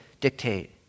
dictate